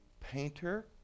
painter